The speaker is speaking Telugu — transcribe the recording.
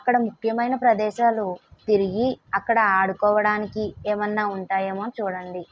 అక్కడ ముఖ్యమైన ప్రదేశాలు తిరిగి అక్కడ ఆడుకోవడానికి ఏమన్నా ఉంటాయేమో చూడండి